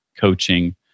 coaching